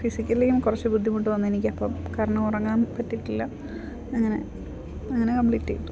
ഫിസിക്കലിയും കുറച്ച് ബുദ്ധിമുട്ട് വന്ന് എനിക്ക് അപ്പം കാരണം ഉറങ്ങാൻ പറ്റിയിട്ടില്ല അങ്ങനെ അങ്ങനെ കംപ്ലീറ്റ് ചെയ്തു